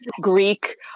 Greek